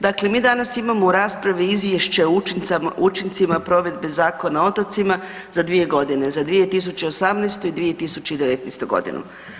Dakle, mi danas imamo u raspravi Izvješće o učincima provedbe Zakona o otocima za 2 g., za 2018. i 2019. godinu.